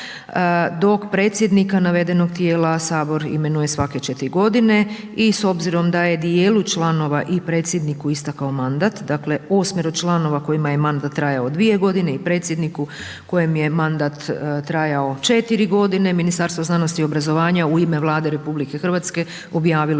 dok predsjednika Navedenog tijela Sabor imenuje svake 4 godine. I s obzirom da je dijelu članova i predsjedniku istekao mandat, dakle 8-mero članova kojima je mandat trajao 2 godine i predsjedniku kojem je mandat trajao 4 godine Ministarstvo znanosti i obrazovanja u ime Vlade RH objavilo